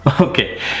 Okay